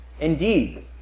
Indeed